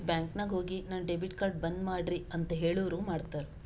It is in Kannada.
ನೀವ್ ಬ್ಯಾಂಕ್ ನಾಗ್ ಹೋಗಿ ನನ್ ಡೆಬಿಟ್ ಕಾರ್ಡ್ ಬಂದ್ ಮಾಡ್ರಿ ಅಂತ್ ಹೇಳುರ್ ಮಾಡ್ತಾರ